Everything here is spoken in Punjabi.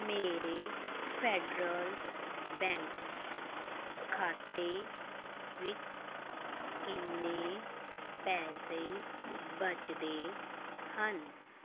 ਮੇਰੇ ਫੈਡਰਲ ਬੈਂਕ ਖਾਤੇ ਵਿੱਚ ਕਿੰਨੇ ਪੈਸੇ ਬੱਚਦੇ ਹਨ